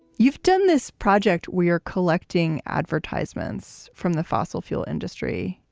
you've done this project. we're collecting advertisments from the fossil fuel industry.